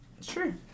Sure